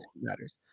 matters